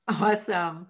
Awesome